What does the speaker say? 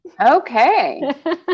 Okay